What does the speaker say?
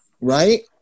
right